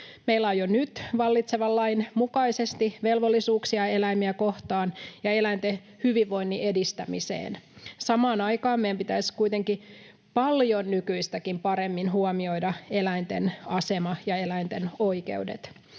Meillä on jo nyt vallitsevan lain mukaisesti velvollisuuksia eläimiä kohtaan ja eläinten hyvinvoinnin edistämiseen. Samaan aikaan meidän pitäisi kuitenkin paljon nykyistäkin paremmin huomioida eläinten asema ja eläinten oikeudet.